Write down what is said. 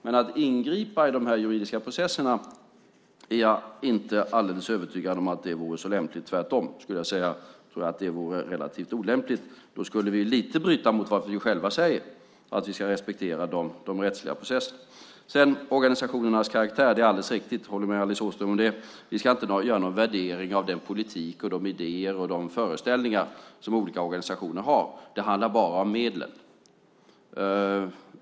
Men att ingripa i de här juridiska processerna är jag inte alldeles övertygad om vore så lämpligt. Tvärtom, skulle jag vilja säga, tror jag att det vore relativt olämpligt. Då skulle vi i viss mån bryta mot vad vi själva säger, nämligen att vi ska respektera de rättsliga processerna. När det gäller organisationernas karaktär är det Alice Åström säger alldeles riktigt. Jag håller med om det. Vi ska inte göra någon värdering av den politik, de idéer och de föreställningar som olika organisationer har. Det handlar bara om medlen.